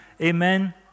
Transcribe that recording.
Amen